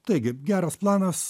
taigi geras planas